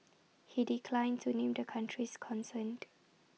he declined to name the countries concerned